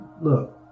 look